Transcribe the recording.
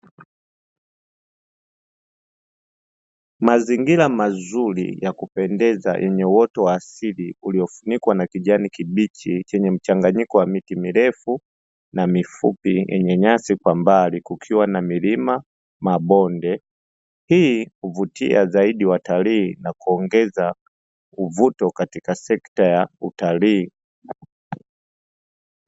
Mazingira mazuri ya kupendeza yenye uoto wa asili uliofunikwa na kijani kibichi, chenye mchanganyiko wa miti mirefu na mifupi yenye nyasi kwa mbali kukiwa na milima, mabonde. Hii huvutia zaidi watalii na kuongeza uvuto katika sekta ya utalii.